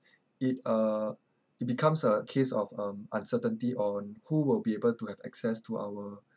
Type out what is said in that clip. it uh it becomes a case of um uncertainty on who will be able to have access to our